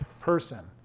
person